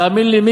תאמין לי,